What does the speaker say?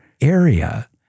area